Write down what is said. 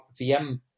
VM